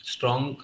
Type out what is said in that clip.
Strong